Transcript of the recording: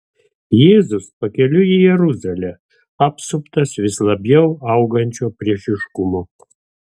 jėzus pakeliui į jeruzalę apsuptas vis labiau augančio priešiškumo